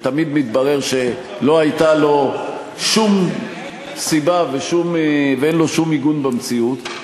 שתמיד מתברר שלא הייתה לו שום סיבה ואין לו שום עיגון במציאות,